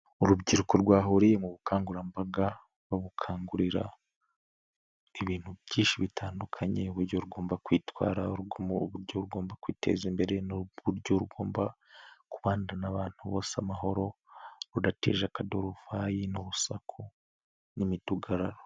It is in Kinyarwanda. Urubyiruko rwahuriye mu bukangurambaga babukangurira ibintu byinshi bitandukanye, buryo rugomba kwitwara, urugomo, uburyo rugomba kwiteza imbere, n'uburyo rugomba kubana n'abantu bose amahoro, rurateje akaduruvayi n'ubusaku n'imidugararo.